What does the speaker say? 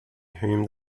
whom